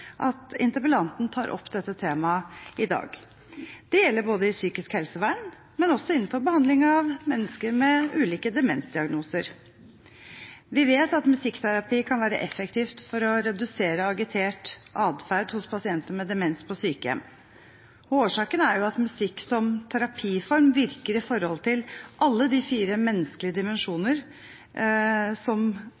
at interpellanten tar opp dette temaet i dag. Det gjelder både i psykisk helsevern og også innenfor behandling av mennesker med ulike demensdiagnoser. Vi vet at musikkterapi kan være effektivt for å redusere agitert atferd hos pasienter med demens på sykehjem. Årsaken er jo at musikk som terapiform virker for alle de fire menneskelige dimensjoner, som